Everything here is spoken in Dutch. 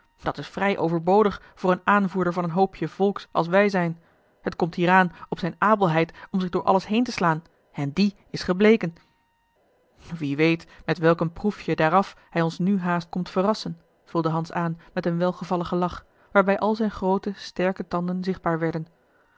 dat is vrij overbodig voor een aanvoerder van een hoopje volks als wij zijn het komt hier aan op zijne abelheid om zich door alles heen te slaan en die is gebleken wie weet met welk een proefje daaraf hij ons nu haast komt verrassen vulde hans aan met een welgevalligen lach waarbij al zijne groote sterke tanden zichtbaar werden